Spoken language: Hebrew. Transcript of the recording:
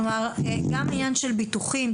כלומר גם עניין של ביטוחים,